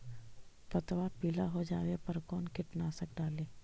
पतबा पिला हो जाबे पर कौन कीटनाशक डाली?